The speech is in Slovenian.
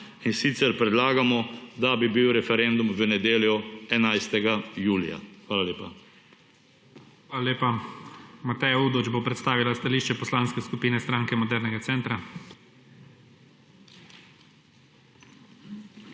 in sicer predlagamo, da bi bil referendum v nedeljo, 11. julija. Hvala lepa. PREDSEDNIK IGOR ZORČIČ: Hvala lepa. Mateja Udovč bo predstavila stališče Poslanske skupine Stranke modernega centra.